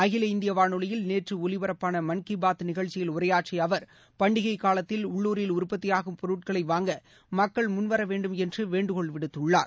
அகில இந்திய வானொலியில் நேற்று ஒலிபரப்பான மன் கீ பாத் நிகழ்ச்சியில் உரையாற்றிய அவர் பண்டிகை காலத்தில் உள்ளூரில் உற்பத்தியாகும் பொருட்களை வாங்க மக்கள் முன்வர வேண்டும் என்று வேண்டுகோள் விடுத்துள்ளார்